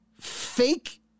fake